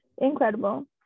incredible